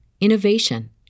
innovation